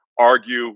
argue